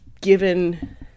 given